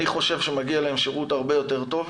אני חושב שמגיע להם שירות הרבה יותר טוב.